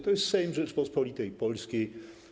To jest Sejm Rzeczypospolitej Polskiej.